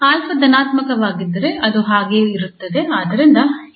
𝑎 ಧನಾತ್ಮಕವಾಗಿದ್ದರೆ ಅದು ಹಾಗೆಯೇ ಇರುತ್ತದೆ